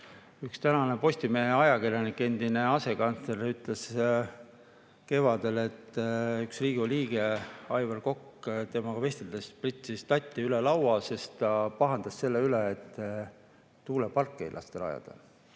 üks tänane Postimehe ajakirjanik, endine asekantsler, ütles kevadel, et Riigikogu liige Aivar Kokk temaga vesteldes pritsis tatti üle laua, sest ta pahandas selle üle, et tuuleparke ei lasta rajada.